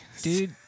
Dude